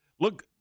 Look